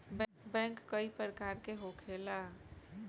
bank कई प्रकार के होखेला